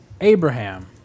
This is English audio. Abraham